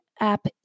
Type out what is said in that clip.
app